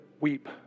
weep